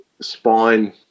spine